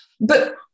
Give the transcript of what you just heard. But-